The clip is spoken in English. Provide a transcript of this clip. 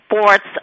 sports